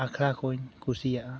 ᱟᱠᱷᱲᱟ ᱠᱩᱧ ᱠᱩᱥᱤᱭᱟᱜᱼᱟ